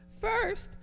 First